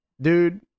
Dude